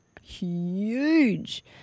huge